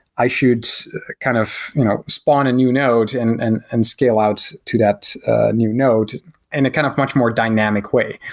i should kind of you know spawn a new node and and and scale out to that new node in and a kind of much more dynamic way.